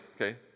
okay